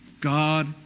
God